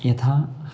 यथा